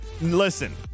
listen